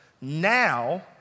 Now